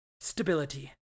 Stability